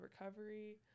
recovery